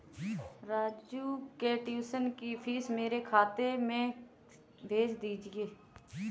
राजू के ट्यूशन की फीस मेरे खाते में भेज दीजिए